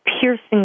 piercing